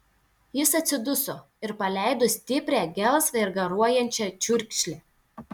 jis atsiduso ir paleido stiprią gelsvą ir garuojančią čiurkšlę